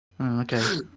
Okay